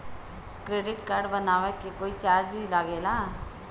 Credit card बनवावे के कोई चार्ज भी लागेला?